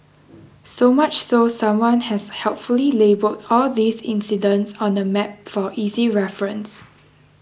so much so someone has helpfully labelled all these incidents on a map for easy reference